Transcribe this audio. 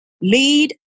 lead